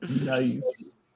Nice